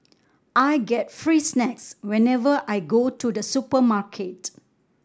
I get free snacks whenever I go to the supermarket